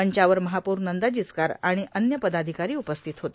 मंचावर महापौर नंदा जिचकार आणि अन्य पर्दाधिकारी उपस्थित होते